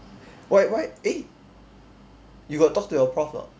why why eh you got talk to your prof or not